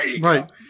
Right